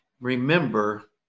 Remember